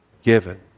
given